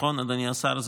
נכון, אדוני השר?